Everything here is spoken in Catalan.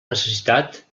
necessitat